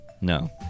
No